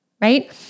right